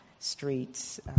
streets